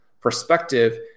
perspective